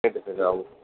கேட்டுக்கங்க அவங்க